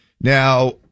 Now